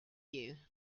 you